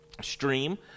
stream